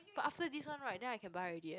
but after this one right then I can buy already eh